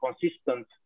consistent